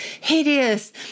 hideous